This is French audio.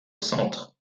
centre